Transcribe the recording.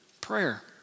prayer